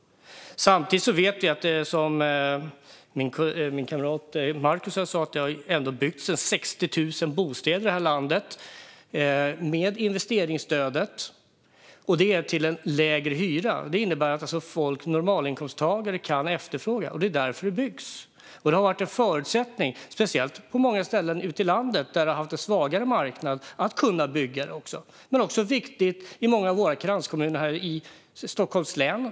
Samtidigt vet vi, som min kamrat Markus sa, att det ändå har byggts 60 000 bostäder i det här landet med investeringsstödet, och de har fått lägre hyra. Detta innebär att normalinkomsttagare kan efterfråga dem, och det är därför de byggts. Detta har varit en förutsättning för att kunna bygga, speciellt på många ställen ute i landet där marknaden har varit svagare. Det har också varit viktigt för att kunna bygga i många av kranskommunerna här i Stockholms län.